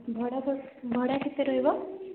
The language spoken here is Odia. ଭଡ଼ା ପ ଭଡ଼ା କେତେ ରହିବ